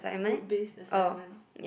group based assignment